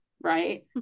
Right